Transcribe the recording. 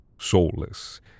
soulless